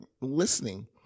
listening